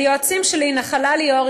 ליועצים שלי: נחלה ליאור,